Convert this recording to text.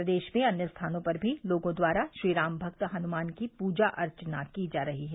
प्रदेश में अन्य स्थानों पर भी लोगों द्वारा श्री राम भक्त हनुमान की पूजा अर्चना की जा रही है